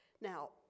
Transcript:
Now